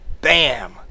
Bam